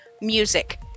music